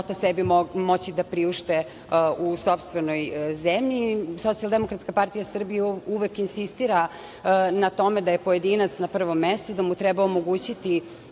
života moći da priušte u sopstvenoj zemlji. Socijaldemokratska partija Srbije uvek insistira na tome da je uvek pojedinac na prvom mestu i da mu treba omogućiti